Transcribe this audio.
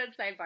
sidebar